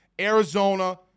Arizona